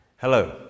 Hello